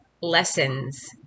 lessons